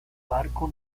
barco